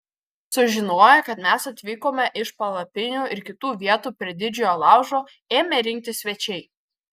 sužinoję kad mes atvykome iš palapinių ir kitų vietų prie didžiojo laužo ėmė rinktis svečiai